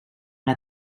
una